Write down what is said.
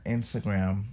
Instagram